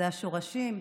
זה השורשים,